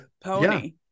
pony